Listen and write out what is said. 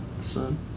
Son